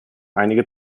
einige